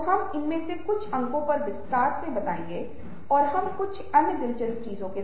और हम आपसे इसका हिस्सा बनने का अनुरोध करेंगे और जो कुछ भी हम आपके साथ करेंगे उसके परिणाम हम साझा करेंगे